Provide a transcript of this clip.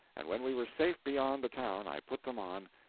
and when we were safe beyond the town i put them on,